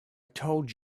told